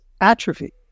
atrophy